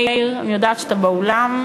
מאיר, אני יודעת שאתה באולם.